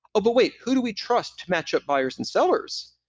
oh, but wait, who do we trust to match up buyers and sellers?